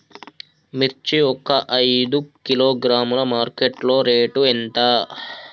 మిర్చి ఒక ఐదు కిలోగ్రాముల మార్కెట్ లో రేటు ఎంత?